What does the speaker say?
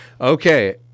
Okay